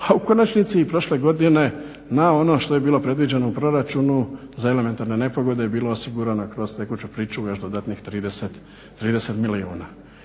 a u konačnici prošle godine na ono što je bilo predviđeno u proračunu za elementarne nepogode bilo osigurano kroz tekuće pričuve još dodanih 30 milijuna.